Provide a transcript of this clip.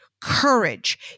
courage